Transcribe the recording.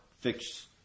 fix